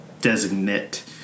designate